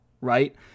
right